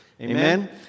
Amen